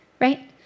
right